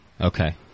Okay